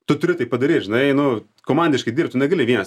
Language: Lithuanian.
tu turi tai padaryt žinai nu komandiškai dirbt tu negali vienas